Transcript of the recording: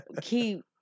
keep